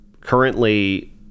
currently